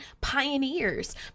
pioneers